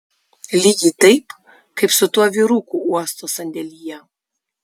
lygiai taip kaip su tuo vyruku uosto sandėlyje